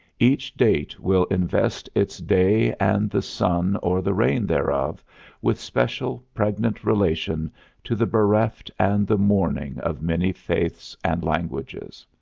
each date will invest its day and the sun or the rain thereof with special, pregnant relation to the bereft and the mourning of many faiths and languages.